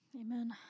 amen